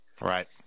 Right